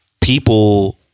people